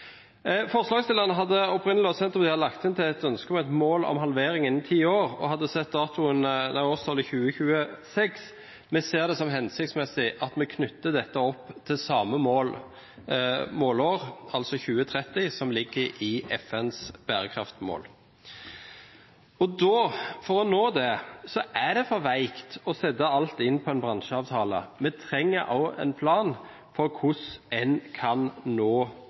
Forslagsstillerne og Senterpartiet hadde opprinnelig lagt inn et ønske om et mål om en halvering innen ti år, og hadde satt årstallet 2026. Vi ser det som hensiktsmessig at vi knytter dette opp til samme «målår» som det som ligger i FNs bærekraftmål, altså 2030. For å nå dette er det for veikt å sette alt inn på en bransjeavtale. Vi trenger også en plan for hvordan en kan nå